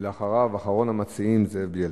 אחריו, אחרון המציעים, חבר הכנסת זאב בילסקי.